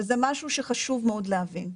וזה משהו שחשוב מאוד להבין.